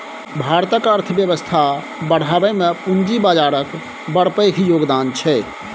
भारतक अर्थबेबस्था बढ़ाबइ मे पूंजी बजारक बड़ पैघ योगदान छै